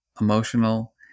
emotional